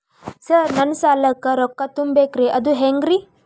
Sir ನನ್ನ ಸಾಲಕ್ಕ ರೊಕ್ಕ ತುಂಬೇಕ್ರಿ ಅದು ಹೆಂಗ್ರಿ?